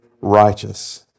righteous